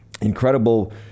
incredible